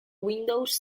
windows